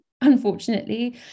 unfortunately